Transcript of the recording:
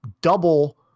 double